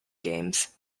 games